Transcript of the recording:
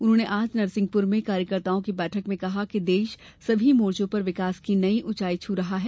उन्होंने आज नरसिंहपुर में कार्यकर्ताओं की बैठेक में कहा कि देश सभी मोर्चों पर विकास की नई ऊंचाई छू रहा है